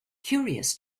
curious